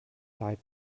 leib